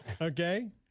Okay